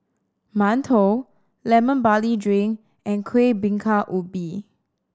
mantou Lemon Barley Drink and Kueh Bingka Ubi